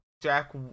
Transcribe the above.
Jack